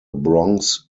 bronx